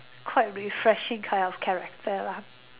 quite refreshing kind of character lah